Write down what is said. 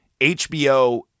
HBO